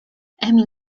emil